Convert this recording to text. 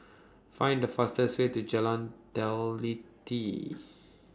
Find The fastest Way to Jalan Teliti